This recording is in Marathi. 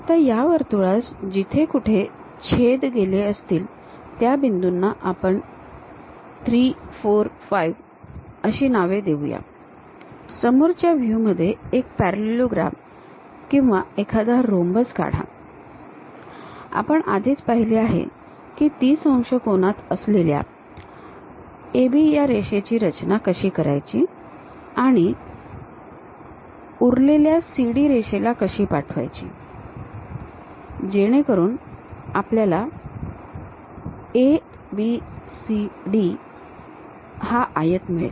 आता या वर्तुळास जिथे कुठे छेद गेले असतील त्या बिंदूंना आपण 3 4 5 अशी नावे देऊया आता समोरच्या व्ह्यू मध्ये एक पॅरालिलोग्रॅम किंवा एखादा ऱ्होम्बस काढा आपण आधीच पहिले आहे की ३० अंश कोनात असलेल्या AB या रेषेची रचना कशी करायची आणि उरलेल्या CD रेषेला कशी पाठवायची जेणेकरून आपल्याला ABCD हा आयत मिळेल